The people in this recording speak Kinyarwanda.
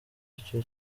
icyo